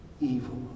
evil